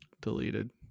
deleted